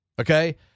okay